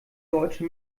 deutsche